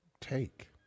take